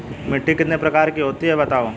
मिट्टी कितने प्रकार की होती हैं बताओ?